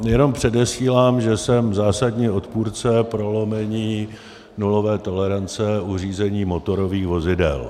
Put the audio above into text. Jenom předesílám, že jsem zásadní odpůrce prolomení nulové tolerance u řízení motorových vozidel.